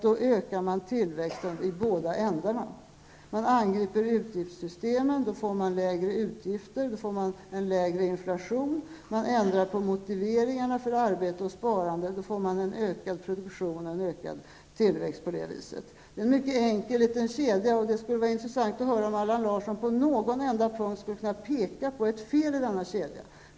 Då ökar man tillväxten i båda ändarna, så att säga. När man angriper utgiftssystemen får man lägre utgifter och en lägre inflation. När man ändrar motivationen för arbete och sparande får man en ökad produktion och ökad tillväxt. Det är en mycket enkel kedja. Det skulle vara intressant att höra om Allan Larsson på någon punkt skulle kunna peka på något fel i denna kedja.